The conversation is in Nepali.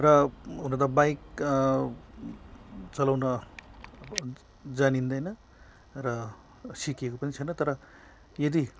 र हुन त बाइक चलाउन अब जानिँदैन र सिकेको पनि छैन तर यदि